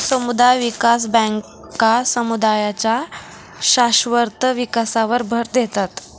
समुदाय विकास बँका समुदायांच्या शाश्वत विकासावर भर देतात